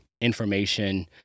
information